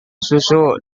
susu